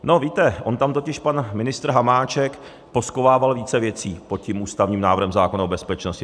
No víte, on tam totiž pan ministr Hamáček poschovával více věcí, pod tím ústavním návrhem zákona o bezpečnosti.